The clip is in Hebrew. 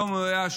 לא מאויש,